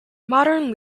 modern